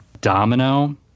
Domino